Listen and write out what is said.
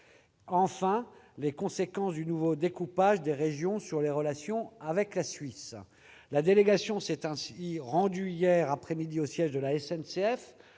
enfin, les conséquences du nouveau découpage des régions sur les relations avec la Suisse. La délégation s'est ainsi rendue hier après-midi au siège de la SNCF,